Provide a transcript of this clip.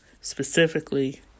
specifically